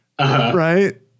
right